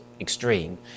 extreme